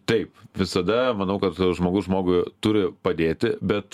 taip visada manau kad žmogus žmogui turi padėti bet